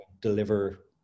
deliver